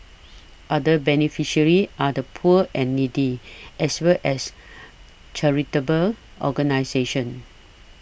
other beneficiaries are the poor and needy as well as charitable organisations